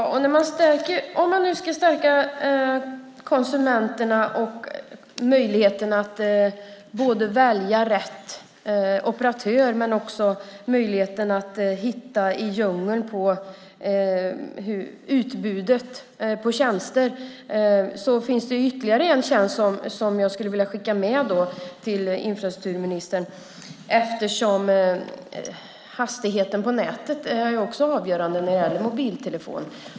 Herr talman! Ja, och om man nu ska stärka konsumenterna när det gäller möjligheten att välja rätt operatör och att hitta i djungeln när det gäller utbudet av tjänster finns det ytterligare en tjänst som jag skulle vilja skicka med infrastrukturministern. Hastigheten på nätet är också avgörande när det gäller mobiltelefon.